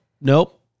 nope